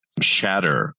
shatter